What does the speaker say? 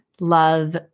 love